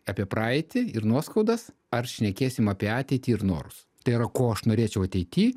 apie praeitį ir nuoskaudas ar šnekėsim apie ateitį ir norus tai yra ko aš norėčiau ateity